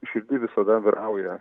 širdy visada vyrauja